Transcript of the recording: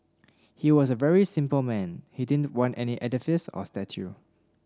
he was a very simple man he didn't want any edifice or statue